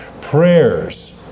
prayers